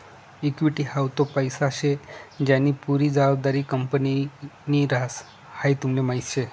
equity हाऊ तो पैसा शे ज्यानी पुरी जबाबदारी कंपनीनि ह्रास, हाई तुमले माहीत शे